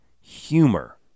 humor